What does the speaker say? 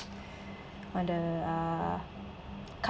on the ah card